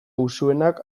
usuenak